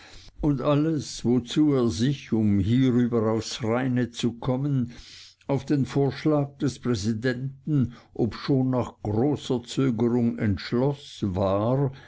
und alles wozu er sich um hierüber aufs reine zu kommen auf den vorschlag des präsidenten obschon nach großer zögerung entschloß war